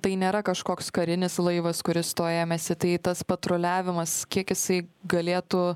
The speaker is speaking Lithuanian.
tai nėra kažkoks karinis laivas kuris to ėmėsi tai tas patruliavimas kiek jisai galėtų